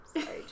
Sorry